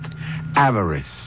avarice